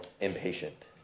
impatient